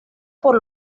por